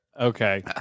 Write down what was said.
Okay